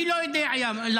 אני לא יודע למה,